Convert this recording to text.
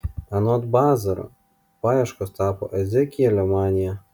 anot bazaro paieškos tapo ezekielio manija